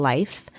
Life